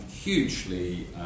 hugely